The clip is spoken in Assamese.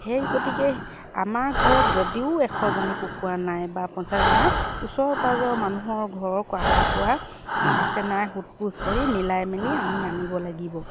সেই গতিকে আমাৰ ঘৰত যদিও এশজনী কুকুৰা নাই বা পঞ্চাছ নাই ওচৰ পাঁজৰৰ মানুহৰ ঘৰৰ কুকৰা আছে নাই সোধ পোচ কৰি মিলাই মেলি আমি আনিব লাগিব